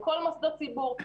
כל מוסדות ציבור,